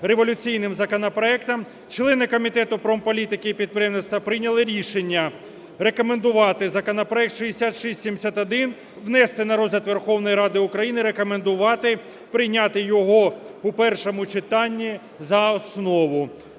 революційним законопроектом, - члени Комітету промполітики і підприємництва прийняли рішення рекомендувати законопроект 6671 внести на розгляд Верховної Ради України рекомендувати прийняти його у першому читанні за основу.